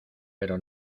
pero